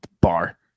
Bar